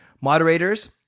Moderators